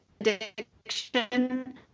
addiction